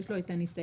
יש לו את הניסיון,